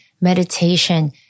meditation